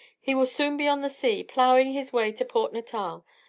he will soon be on the sea, ploughing his way to port natal.